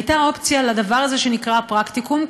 הייתה אופציה לדבר הזה שנקרא פרקטיקום,